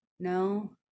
No